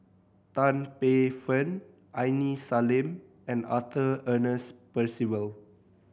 Tan Paey Fern Aini Salim and Arthur Ernest Percival